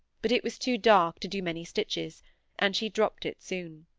but it was too dark to do many stitches and she dropped it soon.